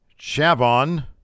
Chavon